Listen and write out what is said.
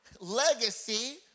Legacy